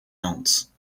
else